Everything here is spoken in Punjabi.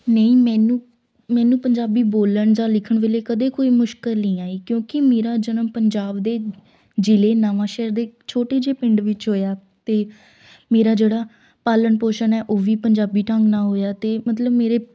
ਨਹੀਂ ਮੈਨੂੰ ਮੈਨੂੰ ਪੰਜਾਬੀ ਬੋਲਣ ਜਾਂ ਲਿਖਣ ਵੇਲੇ ਕਦੇ ਕੋਈ ਮੁਸ਼ਕਲ ਨਹੀਂ ਆਈ ਕਿਉਂਕਿ ਮੇਰਾ ਜਨਮ ਪੰਜਾਬ ਦੇ ਜ਼ਿਲ੍ਹੇ ਨਵਾਂਸ਼ਹਿਰ ਦੇ ਛੋਟੇ ਜਿਹੇ ਪਿੰਡ ਵਿੱਚ ਹੋਇਆ ਅਤੇ ਮੇਰਾ ਜਿਹੜਾ ਪਾਲਣ ਪੋਸ਼ਣ ਹੈ ਉਹ ਵੀ ਪੰਜਾਬੀ ਢੰਗ ਨਾਲ ਹੋਇਆ ਅਤੇ ਮਤਲਬ ਮੇਰੇ